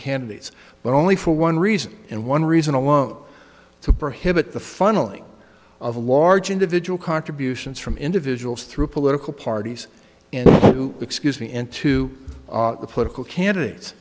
only for one reason and one reason alone to prohibit the funneling of large individual contributions from individuals through political parties in excuse me into the political candidate